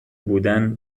بودن